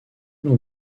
non